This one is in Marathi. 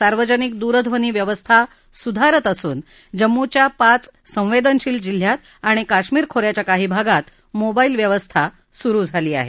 सार्वजनिक दूरध्वनी व्यवस्था सुधारत असून जम्मूच्या पाच संवेदनशील जिल्ह्यात आणि कश्मीर खो याच्या काही भागात मोबाईल व्यवस्था सुरु झाली आहे